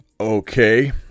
okay